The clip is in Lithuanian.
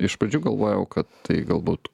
iš pradžių galvojau kad tai galbūt